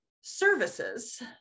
services